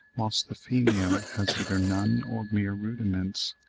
whilst the female has either none or mere rudiments,